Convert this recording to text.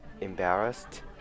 embarrassed